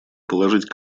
положить